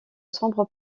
sombre